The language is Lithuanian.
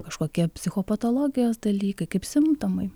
kažkokie psichopatologijos dalykai kaip simptomai